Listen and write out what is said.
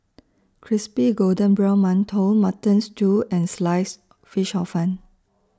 Crispy Golden Brown mantou Mutton Stew and Sliced Fish Hor Fun